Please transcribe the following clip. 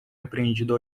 aprendido